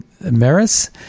Maris